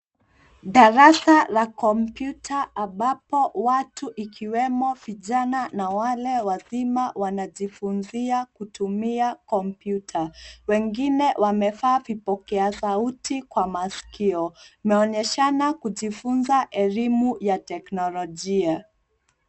Darasa la kompyuta ambapo watu ikiwemo vijana na wale wazima wanajifunzia kutumia kompyuta. Wengine wamevaa vipokea sauti kwa masikio. Inaonyeshana kujifunza elimu ya teknolojia.